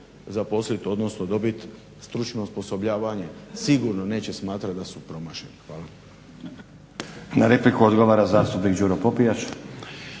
zaposlit, odnosno dobit stručno osposobljavanje sigurno neće smatrat da su promašeni. Hvala. **Stazić, Nenad (SDP)** Na repliku odgovara zastupnik Đuro Popijač.